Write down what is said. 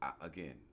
Again